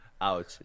Ouch